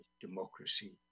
democracy